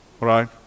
right